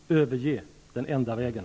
Överge ''den enda vägen''!